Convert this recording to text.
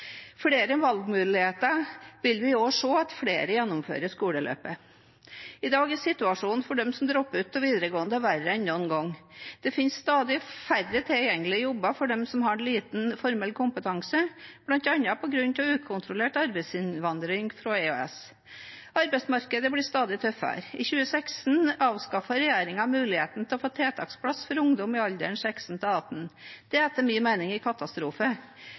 flere slike valgmuligheter vil vi også se at flere gjennomfører skoleløpet. I dag er situasjonen for dem som dropper ut av videregående, verre enn noen gang. Det finnes stadig færre tilgjengelige jobber for dem som har liten formell kompetanse, bl.a. på grunn av ukontrollert arbeidsinnvandring fra EØS-land. Arbeidsmarkedet blir stadig tøffere. I 2016 avskaffet regjeringen muligheten for å få tiltaksplass for ungdom i alderen 16 til 18 år. Det er etter min mening